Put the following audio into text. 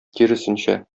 киресенчә